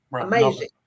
Amazing